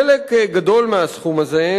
חלק גדול מהסכום הזה,